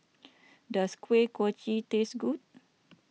does Kuih Kochi taste good